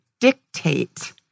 dictate